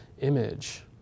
image